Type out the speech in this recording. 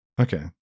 Okay